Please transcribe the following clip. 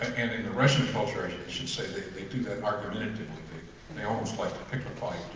and in the russian culture i should say they they do that argumentatively they almost like to pick a fight